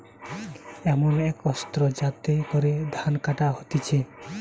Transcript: এমন এক অস্ত্র যাতে করে ধান কাটা হতিছে